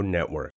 Network